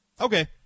Okay